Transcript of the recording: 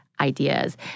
ideas